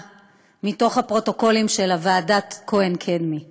מתוך הפרוטוקולים של ועדת כהן-קדמי,